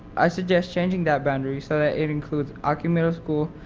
i suggest changing that boundary said that it includes aki middle school,